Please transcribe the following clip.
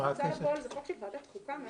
חוק ההוצאה לפועל, זה חוק של ועדת חוקה.